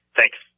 Thanks